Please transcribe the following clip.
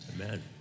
amen